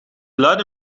luide